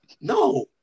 No